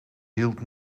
hield